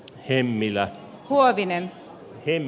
hemmilä huovinen ei